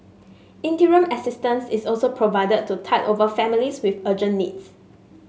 interim assistance is also provided to tide over families with urgent needs